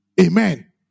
Amen